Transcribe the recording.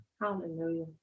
Hallelujah